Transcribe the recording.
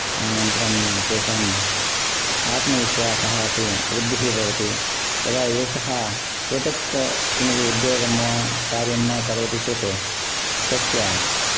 अनन्तरम् तेषां आत्मविश्वासः अपि वृद्धिः भवति यदा एकः पृथक् किमपि उद्योगं वा कार्यं वा करोति चेत् तस्य